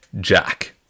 Jack